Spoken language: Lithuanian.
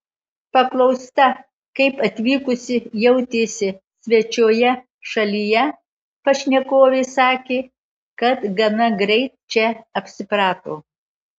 paklausta kaip atvykusi jautėsi svečioje šalyje pašnekovė sakė kad gana greit čia apsiprato